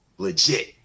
legit